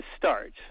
start